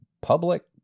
public